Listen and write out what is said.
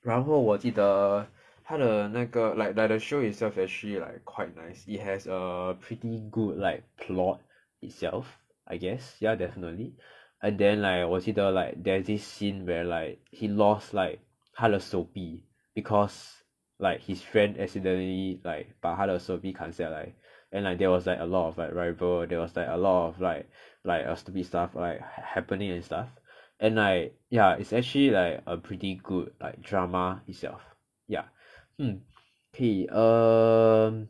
然后我记得他的那个 like like the show itself actually like quite nice it has a pretty good like plot itself I guess ya definitely and then like 我记得 like there's this scene where like he lost like 他的手臂 because like his friend accidentally like 把他的手臂砍下来 and like there was like a lot of like rival there was like a lot of like like stupid stuff like happening and stuff and like ya it's actually like a pretty good like drama itself ya mm K err